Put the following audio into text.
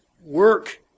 work